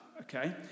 okay